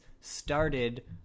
started